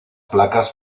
placas